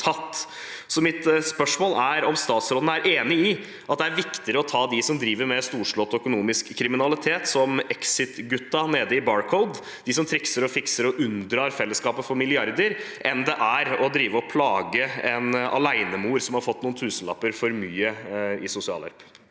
Mitt spørsmål er: Er statsråden enig i at det er viktigere å ta dem som driver med storslått økonomisk kriminalitet, som «Exit»-gutta nede i Barcode, de som trikser, fikser og unndrar milliarder fra fellesskapet, enn det er å drive og plage en alenemor som har fått noen tusenlapper for mye i sosialhjelp?